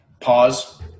Pause